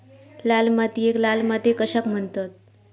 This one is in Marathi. लाल मातीयेक लाल माती कशाक म्हणतत?